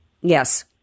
Yes